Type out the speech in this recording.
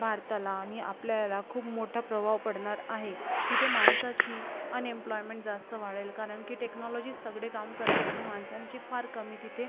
भारताला आणि आपल्या याला खूप मोठा प्रभाव पडणार आहे तिथे माणसाची अन्एम्पलॉयमेंट जास्त वाढेल कारण की टेक्नॉलॉजीच सगळे काम करणार तर माणसांची फार कमी तिथे